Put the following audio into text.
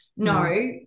No